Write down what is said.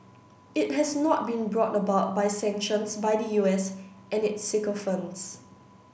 it has not been brought about by sanctions by the U S and its sycophants